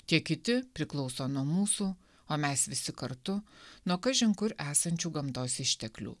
tie kiti priklauso nuo mūsų o mes visi kartu nuo kažin kur esančių gamtos išteklių